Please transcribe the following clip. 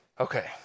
Okay